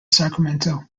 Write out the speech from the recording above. sacramento